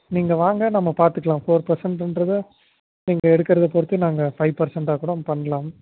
நீங்கள் வாங்க நம்ம பார்த்துக்கலாம் ஃபோர் பர்சன்ட்டுன்றத நீங்கள் எடுக்கிறதை பொருத்து நாங்கள் ஃபைவ் பர்சன்ட்டாக கூட பண்ணலாம்